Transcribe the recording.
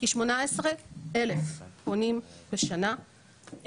כ-18,000 פונים בשנה,